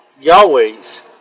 yahweh's